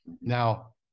now